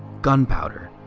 gunpowder,